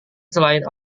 selain